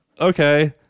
okay